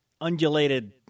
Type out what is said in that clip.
undulated